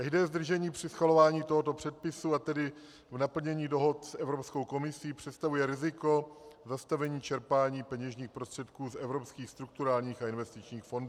Každé zdržení při schvalování tohoto předpisu, a tedy v naplnění dohod s Evropskou komisí představuje riziko zastavení čerpání peněžních prostředků z evropských strukturálních a investičních fondů.